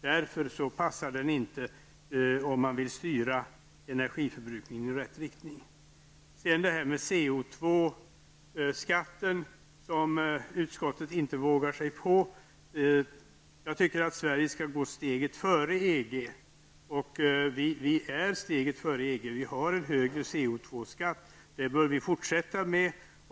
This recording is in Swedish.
Det fungerar inte om man vill styra energiförbrukning i rätt riktning. Sedan till CO2-skatten, som utskottet inte vågar sig på. Jag anser att Sverige skall gå steget före EG. Vi är steget före EG, och vi har en högre CO2-skatt, och det bör vi fortsätta med.